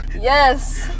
Yes